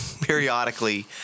Periodically